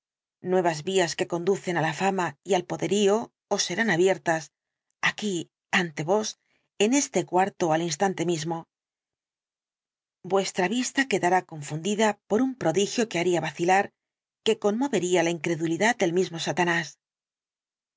nuevas vías que conducen á la fama y al poderío os serán abiertas aquí ante vos en este cuarto al instante mismo vuestra vista quedará confundida por un prodigio que haría vacilar que conmovería la incredulidad del mismo satanás